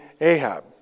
Ahab